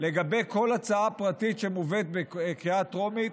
לגבי כל הצעה פרטית שמובאת בקריאה טרומית,